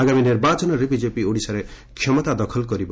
ଆଗାମୀ ନିର୍ବାଚନରେ ବିଜେପି ଓଡ଼ିଶାରେ କ୍ଷମତା ଦଖଲ କରିବ